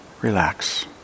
relax